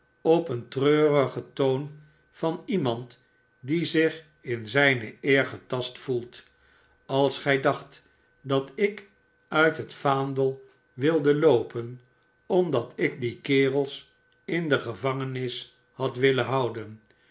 op een treurigen toon van iemand die zich in zijne eer getast voelt als gij dacht dat ik uit het vaandel wilde loo p e lomdat ik die kerels in de gevangenis had willen houden